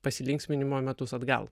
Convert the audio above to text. pasilinksminimo metus atgal